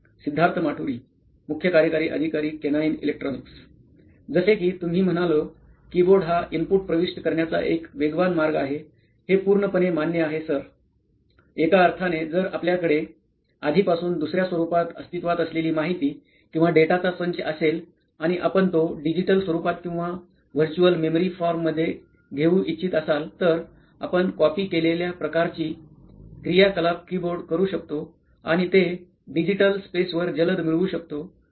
सिद्धार्थ माटुरी मुख्य कार्यकारी अधिकारी केनाईन इलेक्ट्रॉनीक्स जसे की तुम्ही म्हणालो कीबोर्ड हा इनपुट प्रविष्ट करण्याचा एक वेगवान मार्ग आहे हे पूर्णपणे मान्य आहे सर एका अर्थाने जर आपल्याकडे आधीपासून दुसर्या रूपात अस्तित्त्वात असलेली माहिती किंवा डेटाचा संच असेल आणि आपण तो डिजिटल स्वरूपात किंवा व्हर्च्युअल मेमरी फॉर्म मध्ये घेऊ इच्छित असाल तरआपण कॉपी केलेल्या प्रकारची क्रियाकलाप कीबोर्ड करू शकतो आणि ते डिजिटल स्पेसवर जलद मिळवू शकतो